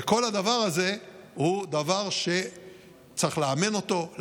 וכל הדבר הזה הוא דבר שצריך לאמן אותו,